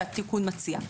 שהתיקון מציע.